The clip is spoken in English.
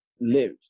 live